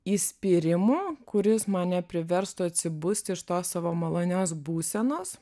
įspyrimo kuris mane priverstų atsibusti iš tos savo malonios būsenos